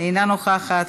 אינה נוכחת.